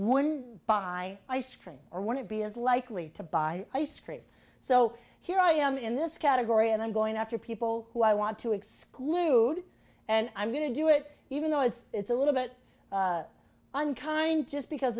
one by ice cream or want to be as likely to buy ice cream so here i am in this category and i'm going after people who i want to exclude and i'm going to do it even though it's a little bit unkind just because